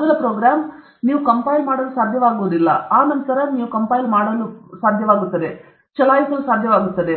ಪ್ರಥಮ ಮೊದಲ ಪ್ರೋಗ್ರಾಂ ನೀವು ಕಂಪೈಲ್ ಮಾಡಲು ಸಾಧ್ಯವಾಗುವುದಿಲ್ಲ ನಂತರ ನೀವು ಕಂಪೈಲ್ ಮಾಡಲು ಸಾಧ್ಯವಾಗುತ್ತದೆ ನೀವು ಚಲಾಯಿಸಲು ಸಾಧ್ಯವಾಗುತ್ತದೆ